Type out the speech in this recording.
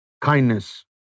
kindness